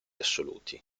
assoluti